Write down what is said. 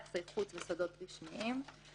יחסי חוץ וסודות רשמיים.